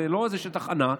זה לא שטח ענק,